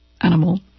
animal